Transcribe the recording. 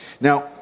Now